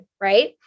right